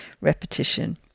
repetition